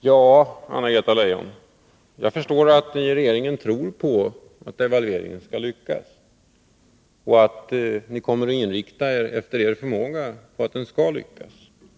Herr talman! Ja, Anna-Greta Leijon, jag förstår att ni i regeringen tror på att devalveringen skall lyckas och att ni efter er förmåga kommer att inrikta er på att den skall lyckas.